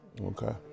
Okay